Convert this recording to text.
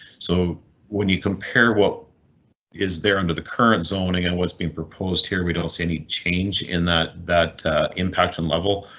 so when you compare what is there under the current zoning and what's being proposed here, we don't see any change in that that impact and level.